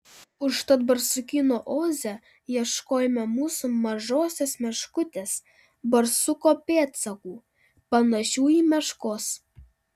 užtat barsukyno oze ieškojome mūsų mažosios meškutės barsuko pėdsakų panašių į meškos